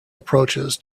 approaches